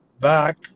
back